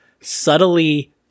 subtly